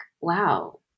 wow